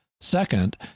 Second